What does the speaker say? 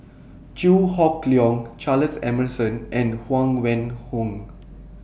Chew Hock Leong Charles Emmerson and Huang Wenhong